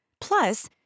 Plus